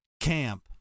Camp